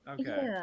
Okay